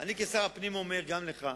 אני כשר הפנים אומר גם לך,